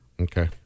okay